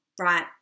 right